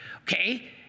Okay